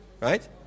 Right